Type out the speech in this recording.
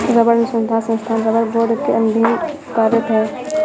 रबड़ अनुसंधान संस्थान रबड़ बोर्ड के अधीन कार्यरत है